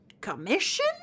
commission